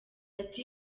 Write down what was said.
ati